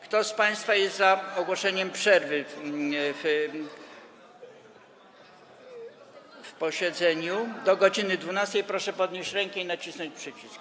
Kto z państwa jest za ogłoszeniem przerwy w posiedzeniu do godz. 12, proszę podnieść rękę i nacisnąć przycisk.